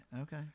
okay